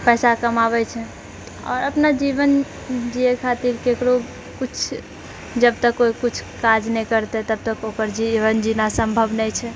पैसा कमाबए छै आओर अपना जीवन जिए खातिर केकरो किछु जबतक कोइ किछु काज नहि करतै तबतक ओकर जीवन जीना सम्भव नहि छै